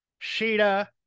Sheeta